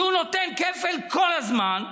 שהוא נותן כפל כל הזמן,